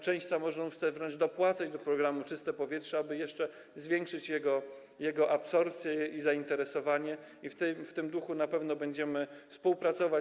Część samorządów chce wręcz dopłacać do programu „Czyste powietrze”, aby jeszcze zwiększyć jego absorpcję i zainteresowanie nim, i w tym duchu na pewno będziemy współpracować.